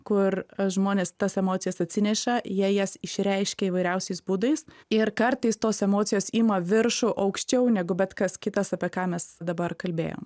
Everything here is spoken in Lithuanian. kur žmonės tas emocijas atsineša jie jas išreiškia įvairiausiais būdais ir kartais tos emocijos ima viršų aukščiau negu bet kas kitas apie ką mes dabar kalbėjom